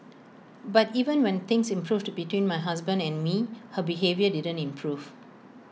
but even when things improved between my husband and me her behaviour didn't improve